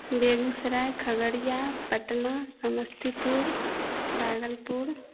Begusarai Khagaria Patna Samastipur Bhagalpur